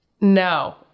No